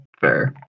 fair